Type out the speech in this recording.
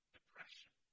Depression